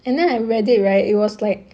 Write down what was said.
and then I read it right it was like